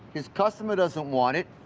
his customer doesn't want it.